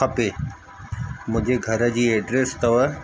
खपे मुंहिंजे घर जी एड्रेस अथव